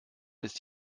ist